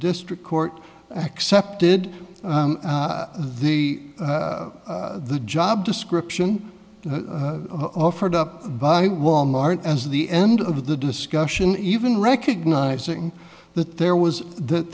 district court accepted the the job description offered up by wal mart as the end of the discussion even recognizing that there was that